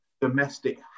domestic